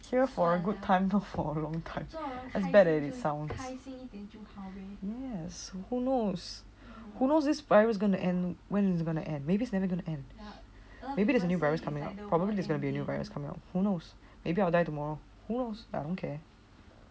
for a good time to for a long time is better than it sounds yes who knows this virus going to end when is it going to end maybe there's a new virus coming up probably this is going to be a new virus coming up who knows maybe I'll die tomorrow who knows I don't care